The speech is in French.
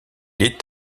est